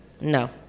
No